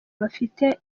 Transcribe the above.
bafite